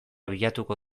bilatuko